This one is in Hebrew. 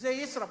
זה ישראבלוף.